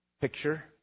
picture